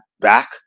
back